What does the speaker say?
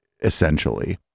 Essentially